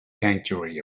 sanctuary